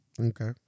Okay